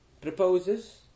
proposes